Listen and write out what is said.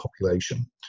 population